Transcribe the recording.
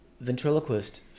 Ventriloquist